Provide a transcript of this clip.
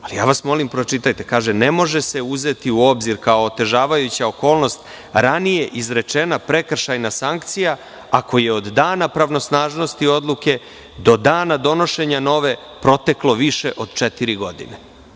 Molim vas, pročitajte, kaže – ne može se uzeti u obzir kao otežavajuća okolnost ranije izrečena prekršajna sankcija, ako je od dana pravosnažnosti odluke do dana donošenja nove proteklo više od četiri godine.